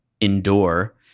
endure